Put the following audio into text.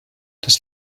das